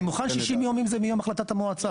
אני מוכן 60 ימים אם זה מיום החלטת המועצה.